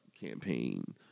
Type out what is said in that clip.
campaign